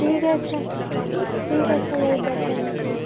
ठीक है अच्छा ठीक है अच्छा यही पैक कर दीजिए